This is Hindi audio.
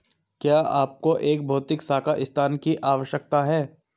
क्या आपको एक भौतिक शाखा स्थान की आवश्यकता है?